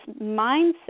mindset